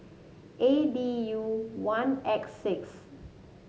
A D U one X six